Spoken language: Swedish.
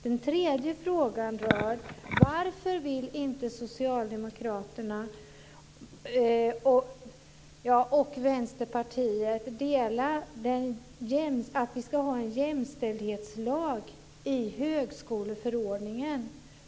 Den tredje frågan är: Varför vill inte Socialdemokraterna och Vänsterpartiet att vi ska ha en jämställdhetsregel i högskoleförordningen?